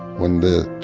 when the